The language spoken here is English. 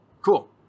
Cool